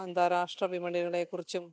അന്താരാഷ്ട്ര വിപണികളെക്കുറിച്ചും